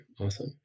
Awesome